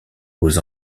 aux